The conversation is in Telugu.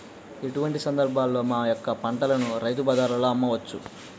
ఎటువంటి సందర్బాలలో మా యొక్క పంటని రైతు బజార్లలో అమ్మవచ్చు?